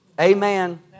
amen